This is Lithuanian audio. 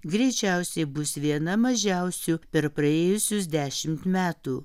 greičiausiai bus viena mažiausių per praėjusius dešimt metų